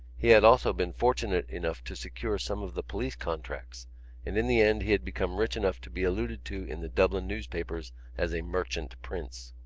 he had also been fortunate enough to secure some of the police contracts and in the end he had become rich enough to be alluded to in the dublin newspapers as a merchant prince.